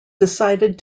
decided